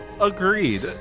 Agreed